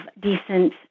decent